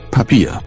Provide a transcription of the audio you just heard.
Papier